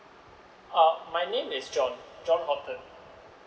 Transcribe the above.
oh my name is j o h n j o h n h o p t o n